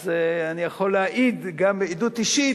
אז אני יכול להעיד גם מעדות אישית,